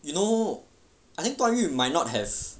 you know I think 段誉 might not have